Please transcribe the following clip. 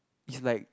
is like